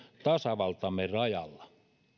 tasavaltamme rajalla